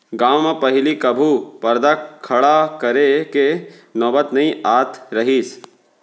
गॉंव म पहिली कभू परदा खड़ा करे के नौबत नइ आत रहिस